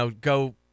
go